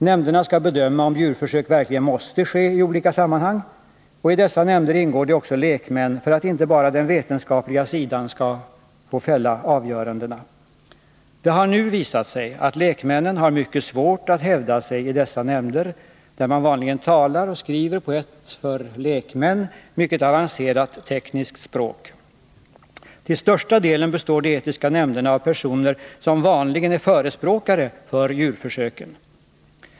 Nämnderna skall bedöma om djurförsök verkligen måste ske i olika sammanhang, och i dessa nämnder ingår det också lekmän för att inte bara den vetenskapliga sidan skall få fatta avgörandena. Det har nu visat sig att lekmännen har mycket svårt att hävda sig i dessa nämnder, där man vanligen talar och skriver på ett — för lekmän — mycket avancerat tekniskt språk. Till största delen består de etiska nämnderna av personer som vanligen är förespråkare för djurförsöken.